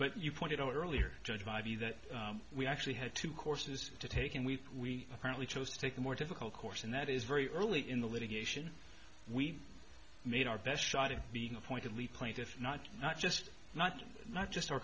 but you pointed out earlier judge my view that we actually had two courses to take and we apparently chose to take a more difficult course and that is very early in the litigation we made our best shot of being appointed lead plaintiff not not just not not just our